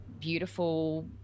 beautiful